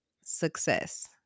success